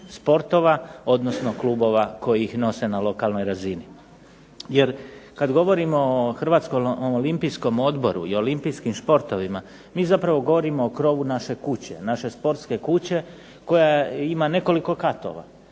sportova, odnosno klubova koji ih nose na lokalnoj razini. Jer kad govorimo o HOO-u i olimpijskim športovima mi zapravo govorimo o krovu naše kuće, naše sportske kuće koja ima nekoliko katova.